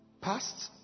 past